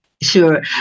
Sure